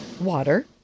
Water